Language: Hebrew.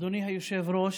אדוני היושב-ראש,